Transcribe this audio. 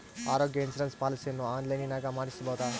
ಆರೋಗ್ಯ ಇನ್ಸುರೆನ್ಸ್ ಪಾಲಿಸಿಯನ್ನು ಆನ್ಲೈನಿನಾಗ ಮಾಡಿಸ್ಬೋದ?